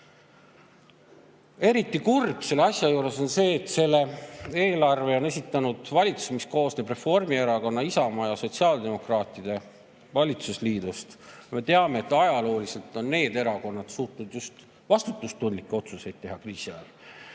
Eriti kurb selle asja juures on see, et selle eelarve on esitanud valitsus, mis koosneb Reformierakonna, Isamaa ja sotsiaaldemokraatide valitsusliidust. Me teame, et ajalooliselt on need erakonnad suutnud kriisi ajal vastutustundlikke otsuseid teha.